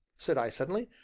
said i suddenly,